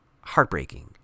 heartbreaking